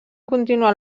continuar